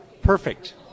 Perfect